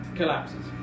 collapses